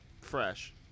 Fresh